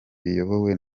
biyobowe